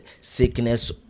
sickness